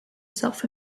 self